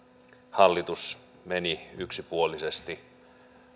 hallitus meni yksipuolisesti